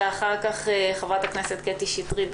ואחר כך חברת הכנסת קטי שטרית.